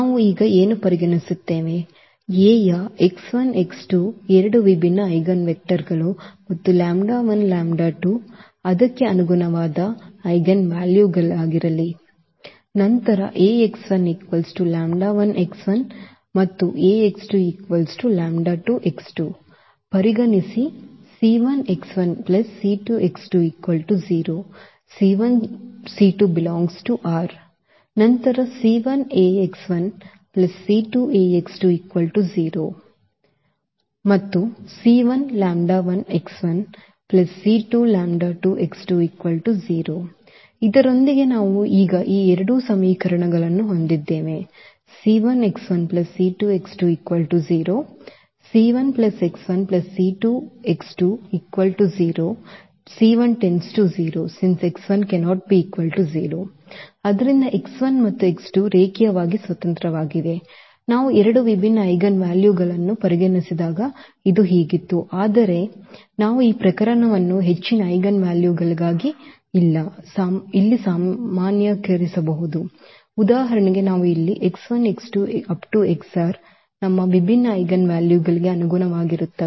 ನಾವು ಈಗ ಏನು ಪರಿಗಣಿಸುತ್ತೇವೆ ಎರಡು ವಿಭಿನ್ನ ಐಜೆನ್ವೆಕ್ಟರ್ ಮತ್ತು ಐಜೆನ್ ವ್ಯಾಲ್ಯೂಗಳಾಗಿರಲಿ ನಂತರ ಪರಿಗಣಿಸಿ ನಂತರ ಇದರೊಂದಿಗೆ ನಾವು ಈಗ ಈ ಎರಡು ಸಮೀಕರಣಗಳನ್ನು ಹೊಂದಿದ್ದೇವೆ since since ಆದ್ದರಿಂದ ಮತ್ತು ರೇಖೀಯವಾಗಿ ಸ್ವತಂತ್ರವಾಗಿವೆ ನಾವು ಎರಡು ವಿಭಿನ್ನ ಐಜೆನ್ ವ್ಯಾಲ್ಯೂಗಳನ್ನು ಪರಿಗಣಿಸಿದಾಗ ಇದು ಹೀಗಿತ್ತು ಆದರೆ ನಾವು ಈ ಪ್ರಕರಣವನ್ನು ಹೆಚ್ಚಿನ ಐಜೆನ್ ವ್ಯಾಲ್ಯೂಗಳಿಗಾಗಿ ಇಲ್ಲಿ ಸಾಮಾನ್ಯೀಕರಿಸಬಹುದು ಉದಾಹರಣೆಗೆ ನಾವು ಇಲ್ಲಿ ನಮ್ಮ ವಿಭಿನ್ನ ಐಜೆನ್ ವ್ಯಾಲ್ಯೂಗಳಿಗೆ ಅನುಗುಣವಾಗಿರುತ್ತವೆ